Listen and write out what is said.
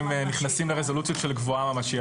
נכנסים לרזולוציות של גבוהה או ממשית.